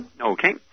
Okay